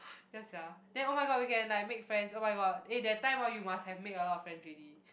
ya sia then oh-my-god we can like make friends oh-my-god eh that time orh you must have make a lot of friends already